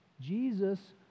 Jesus